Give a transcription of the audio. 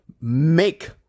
make